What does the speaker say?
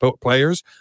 players